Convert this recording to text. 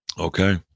Okay